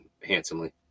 handsomely